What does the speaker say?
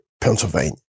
Pennsylvania